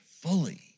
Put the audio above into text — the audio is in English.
fully